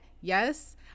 yes